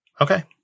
Okay